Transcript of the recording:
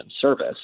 service